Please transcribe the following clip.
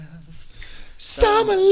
Summer